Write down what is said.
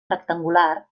rectangular